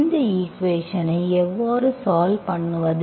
இந்த ஈக்குவேஷன்ஐ எவ்வாறு சால்வ் பண்ணுவது